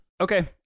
Okay